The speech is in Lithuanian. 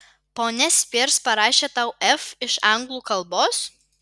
ponia spears parašė tau f iš anglų kalbos